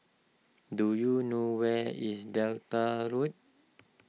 do you know where is Delta Road